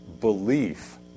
Belief